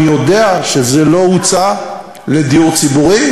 אני יודע שזה לא הוצא על דיור ציבורי,